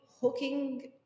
hooking